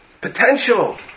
potential